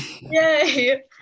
Yay